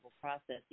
processing